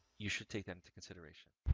you should take that into consideration.